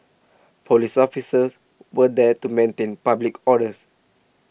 police officers were there to maintain public orders